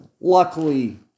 Luckily